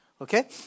Okay